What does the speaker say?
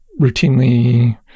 routinely